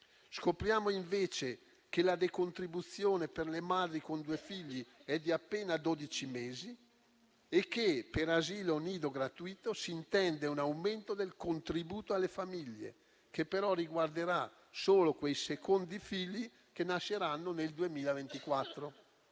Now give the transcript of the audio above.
Scopriamo invece che la decontribuzione per le madri con due figli è di appena dodici mesi e che, per asilo nido gratuito, si intende un aumento del contributo alle famiglie, che però riguarderà solo quei secondi figli che nasceranno nel 2024.